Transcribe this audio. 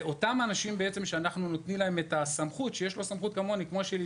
אותם אנשים שאנחנו נותנים להם את הסמכות אותה סמכות כמו שיש לי,